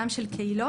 גם של קהילות.